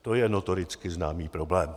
To je notoricky známý problém.